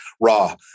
raw